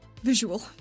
Visual